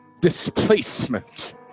displacement